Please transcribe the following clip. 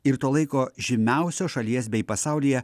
ir to laiko žymiausio šalies bei pasaulyje